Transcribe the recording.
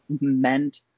meant